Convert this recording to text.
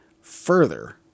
further